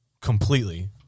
completely